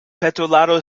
petolado